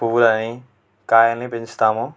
పువ్వులని కాయలని పెంచుతాము